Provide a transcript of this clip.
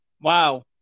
Wow